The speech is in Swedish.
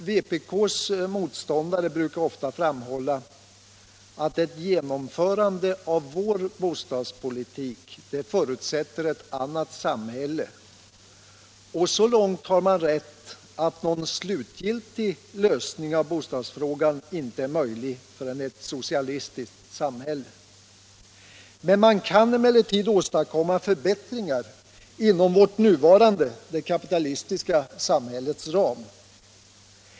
Vpk:s motståndare brukar ofta framhålla att ett genomförande av vår bostadspolitik förutsätter ett annat samhälle, och så långt har man rätt som att någon slutgiltig lösning av bostadsfrågan inte är möjlig förrän vi har ett socialistiskt samhälle. Man kan emellertid åstadkomma förbättringar inom vårt nuvarande kapitalistiska samhälles ram.